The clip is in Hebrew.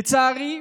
לצערי,